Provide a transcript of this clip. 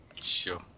Sure